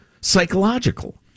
psychological